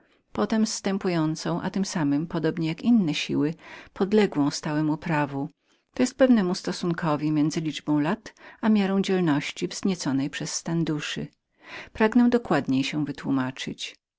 potem zstępującą a tem samem identyczną z innemi siłami czyli podległą tym samym prawom to jest pewnemu stosunkowi między liczbą lat a miarą dzielności wznieconej przez stan duszy pragnę dokładniej się wytłumaczyć